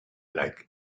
like